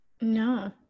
No